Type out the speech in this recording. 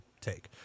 take